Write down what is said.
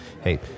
hey